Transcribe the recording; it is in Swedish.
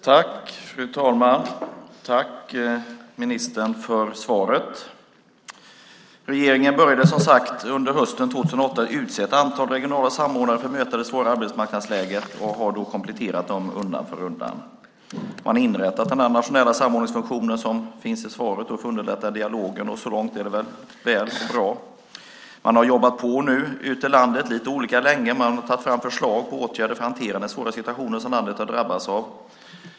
Fru talman! Jag tackar ministern för svaret. Regeringen började, som sagt, att under hösten 2008 utse ett antal regionala samordnare för att möta det svåra arbetsmarknadsläget och har sedan undan för undan kompletterat dessa. Man har inrättat den nationella samordningsfunktion som nämns i svaret för att underlätta dialogen, och så långt är det väl och bra. Samordnarna har nu jobbat lite olika länge ute i landet och tagit fram förslag och åtgärder för att hantera den svåra situation som landet drabbats av.